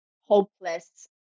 hopeless